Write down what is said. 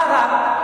מה רע?